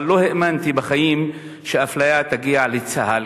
אבל לא האמנתי בחיים שהאפליה תגיע לצה"ל,